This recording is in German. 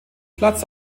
platz